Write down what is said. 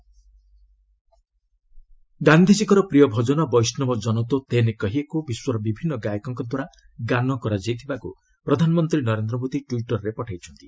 PM Vaishnav Jan To ଗାନ୍ଧିଜୀଙ୍କର ପ୍ରିୟ ଭଜନ 'ବୈଷ୍ଣବ ଜନ ତୋ ତେନେ କହିଯେ'କୁ ବିଶ୍ୱର ବିଭିନ୍ନ ଗାୟକଙ୍କଦ୍ୱାରା ଗାନ କରାଯାଇଥିବାକୁ ପ୍ରଧାନମନ୍ତ୍ରୀ ନରେନ୍ଦ୍ର ମୋଦି ଟ୍ୱିଟର୍ରେ ପଠାଇଛନ୍ତି